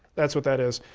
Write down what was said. that's what that is.